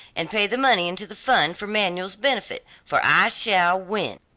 and pay the money into the fund for manuel's benefit, for i shall win.